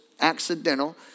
accidental